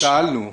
שאלנו.